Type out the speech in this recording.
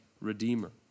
redeemer